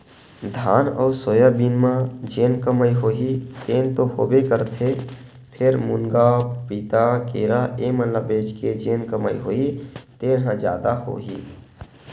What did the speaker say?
धान अउ सोयाबीन म जेन कमई होही तेन तो होबे करथे फेर, मुनगा, पपीता, केरा ए मन ल बेच के जेन कमई होही तेन ह जादा होही